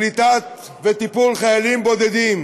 קליטה וטיפול בחיילים בודדים.